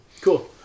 cool